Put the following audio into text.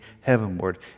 heavenward